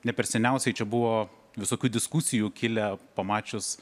ne per seniausiai čia buvo visokių diskusijų kilę pamačius